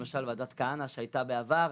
למשל ועדת כהנא שהייתה בעבר,